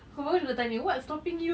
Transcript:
aku baru nak tanya what's stopping you